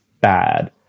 bad